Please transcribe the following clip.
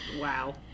Wow